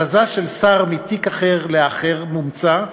הזזה של שר מתיק אחר לאחר מומצא,